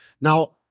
Now